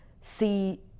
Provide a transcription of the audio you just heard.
see